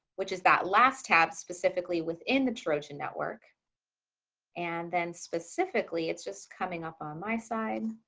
which is that last tab specifically within the trojan network and then specifically it's just coming up on my side,